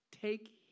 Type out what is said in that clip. Take